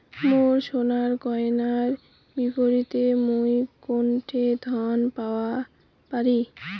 মোর সোনার গয়নার বিপরীতে মুই কোনঠে ঋণ পাওয়া পারি?